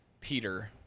Peter